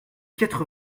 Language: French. quatre